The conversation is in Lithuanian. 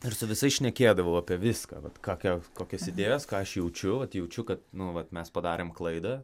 ir su visais šnekėdavau apie viską vat kokia kokios idėjos ką aš jaučiu vat jaučiu kad nu vat mes padarėm klaidą